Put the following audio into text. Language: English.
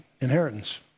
inheritance